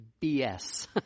BS